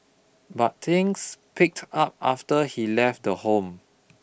but things picked up after he left the home